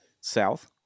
South